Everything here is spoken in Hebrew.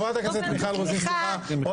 חברת הכנסת מיכל רוזין, סליחה.